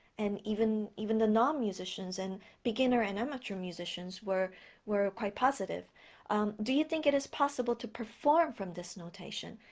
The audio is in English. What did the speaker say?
and even even the non-musicians and beginner and amateur musicians were were quite positive do you think it is possible to perform from this notation?